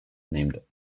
named